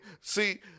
see